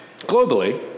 Globally